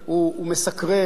הוא מסקרן,